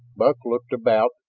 buck looked about,